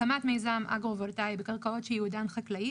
הקמת מיזם אגרו-וולטאי בקרקעות שייעודן חקלאי,